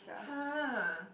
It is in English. !huh!